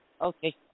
Okay